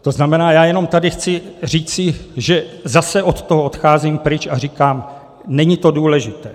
To znamená, já jenom tady chci říci, že zase od toho odcházím pryč a říkám, není to důležité.